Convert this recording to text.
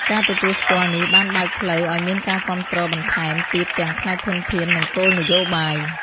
ការទទួលស្គាល់នេះបានបើកផ្លូវឲ្យមានការគាំទ្របន្ថែមទៀតទាំងផ្នែកធនធាន និងគោលនយោបាយ។